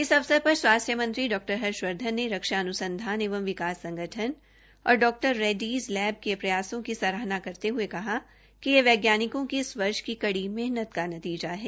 इस अवसर पर स्वास्थ्य मंत्री मंत्री डॉ हर्षवर्धन ने रक्षा अन्संधान एवं विकास संगठन और डॉ रैड़डीज लैब के प्रयासों की सराहना करते हथे कहा कि यह वैज्ञानिकों की इस वर्ष की कड़ी मेहनत का नतीजा है